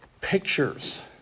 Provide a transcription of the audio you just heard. pictures